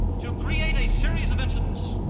to create a series of incidents,